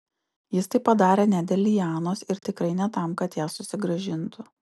jis tai padarė ne dėl lianos ir tikrai ne tam kad ją susigrąžintų